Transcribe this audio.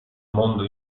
mondo